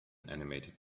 animated